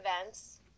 events